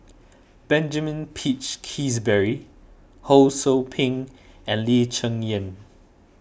Benjamin Peach Keasberry Ho Sou Ping and Lee Cheng Yan